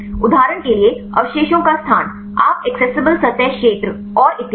उदाहरण के लिए अवशेषों का स्थान आप एक्सेसिबल सतह क्षेत्र और इतियादी